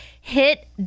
hit